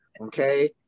Okay